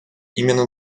именно